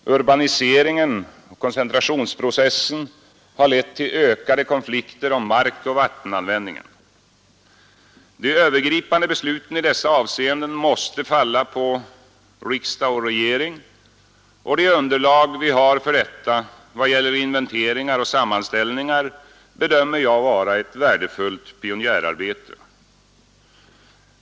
Urbaniseringen och koncentrationsprocessen har lett till ökade konflikter om markoch vattenanvändandet. De övergripande besluten i dessa avseenden måste falla på riksdag och regering, och det underlag vi har för detta vad gäller inventeringar och sammanställningar bedömer jag vara ett värdefullt pionjärarbete.